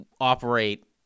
operate